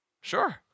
sure